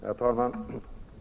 Herr talman!